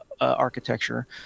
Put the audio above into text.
architecture